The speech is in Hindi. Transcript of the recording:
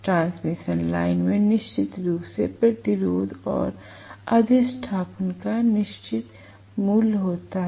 ट्रांसमिशन लाइन में निश्चित रूप से प्रतिरोध और अधिष्ठापन का निश्चित मूल्य होता है